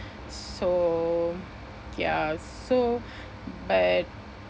so ya so but